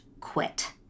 quit